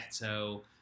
ghetto